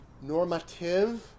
normative